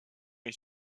est